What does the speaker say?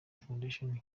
fondation